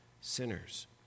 sinners